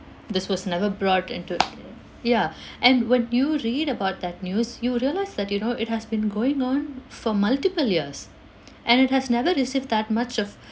this was never brought into ya and when you read about that news you realised that you know it has been going on for multiple years and it has never received that much of